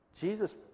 Jesus